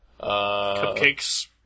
Cupcakes